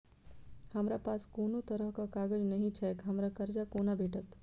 हमरा पास कोनो तरहक कागज नहि छैक हमरा कर्जा कोना भेटत?